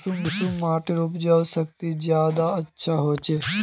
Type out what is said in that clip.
कुंसम माटिर उपजाऊ शक्ति ज्यादा अच्छा होचए?